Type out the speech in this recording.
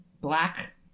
black